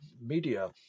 media